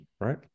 right